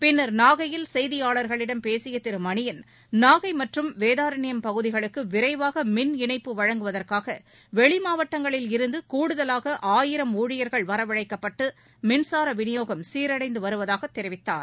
பின்னர் நாகையில் செய்தியாளர்களிம் பேசிய திரு மணியன் நாகை மற்றும் வேதாரண்யம் பகுதிகளுக்கு விரைவாக மின் இணைப்பு வழங்குவதற்காக வெளி மாவட்டங்களில் இருந்து கூடுதலாக ஆயிரம் ஊழியர்கள் வரவழைக்கப்பட்டு மின்சார விநியோகம் சீரடைந்து வருவதாகத் தெரிவித்தார்